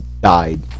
died